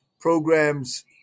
Programs